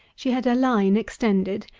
she had her line extended,